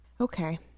Okay